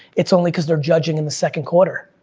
it's only cause they're judging in the second quarter.